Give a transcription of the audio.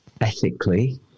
ethically